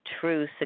true